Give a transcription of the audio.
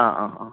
ആ ആ ആ